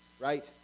Right